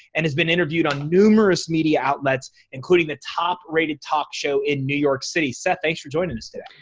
and has been interviewed on numerous media outlets including the top-rated talk show in new york city. seth, thanks for joining us today.